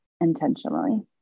intentionally